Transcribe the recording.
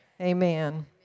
Amen